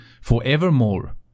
forevermore